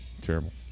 Terrible